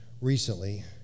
recently